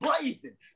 blazing